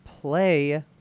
play